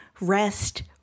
rest